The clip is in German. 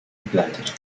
begleitet